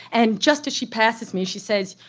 and just as she passes me she says,